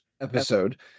episode